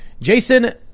Jason